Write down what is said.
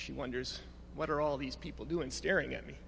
she wonders what are all these people doing staring at me